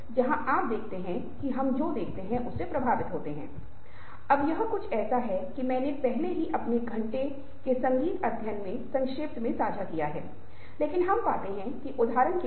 इसलिए जब एक ही जानकारी में आपके द्वारा बोले जा रहे कई चैनल होते हैं तो आप एक विशेष स्थान पर खड़े होते हैं आपके आस पास एक विशेष गंध या ध्वनि होती है ये सभी चीजें स्मृति को ट्रिगर करती हैं